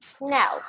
Now